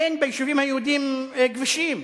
אין ביישובים היהודיים כבישים.